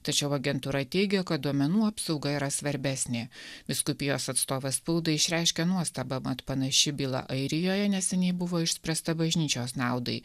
tačiau agentūra teigia kad duomenų apsauga yra svarbesnė vyskupijos atstovas spaudai išreiškė nuostabą mat panaši byla airijoje neseniai buvo išspręsta bažnyčios naudai